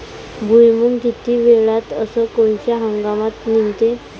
भुईमुंग किती वेळात अस कोनच्या हंगामात निगते?